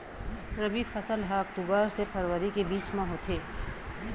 रबी फसल हा अक्टूबर से फ़रवरी के बिच में होथे